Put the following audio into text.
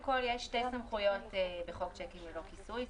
חוק צ'קים ללא כיסוי מטיל חובה על בנק ישראל לתת את השירות הזה.